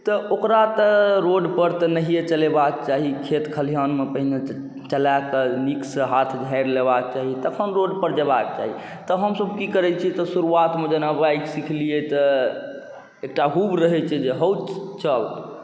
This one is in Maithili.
तऽ ओकरा तऽ रोडपर तऽ नहिए चलेबाक चाही खेत खलिहानमे पहिने चलाकऽ नीकसँ हाथ झाड़ि लेबाक चाही तखन रोडपर जएबाक चाही तऽ हमसब कि करै छिए तऽ शुरुआतमे जेना बाइक सिखलिए तऽ एकटा हुब रहै छै जे हउ चल